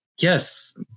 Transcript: yes